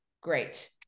great